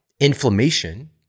inflammation